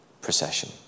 procession